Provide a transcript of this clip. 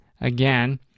again